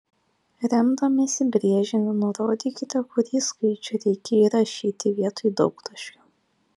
remdamiesi brėžiniu nurodykite kurį skaičių reikia įrašyti vietoj daugtaškio